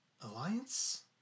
Alliance